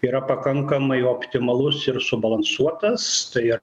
yra pakankamai optimalus ir subalansuotas tai